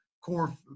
core